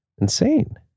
insane